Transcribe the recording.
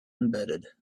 embedded